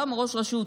גם ראש רשות.